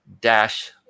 dash